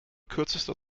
kürzester